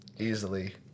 easily